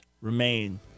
remain